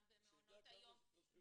גם במעונות היום,